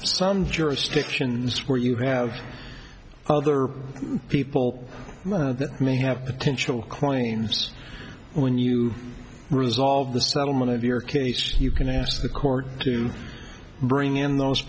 some jurisdictions where you have other people may have attentional claims when you resolve the settlement of your case you can ask the court to bring in those